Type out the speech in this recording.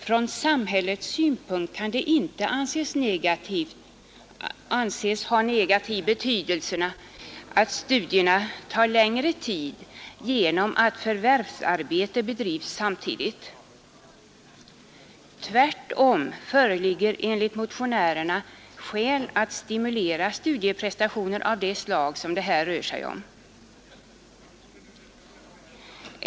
Från samhällets synpunkt kan det inte anses ha negativ betydelse att studierna tar längre tid genom att förvärvsarbete bedrivs samtidigt. Tvärtom föreligger enligt motionärerna skäl att stimulera studieprestationer av det slag det här rör sig om.